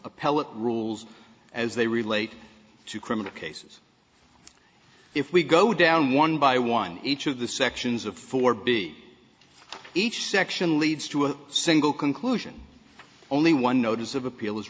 appellate rules as they relate to criminal cases if we go down one by one each of the sections of four big each section leads to a single conclusion only one notice of appeal is